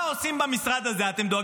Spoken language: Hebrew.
כי לא יכול להיות משרד לתשתיות